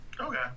Okay